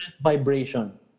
vibration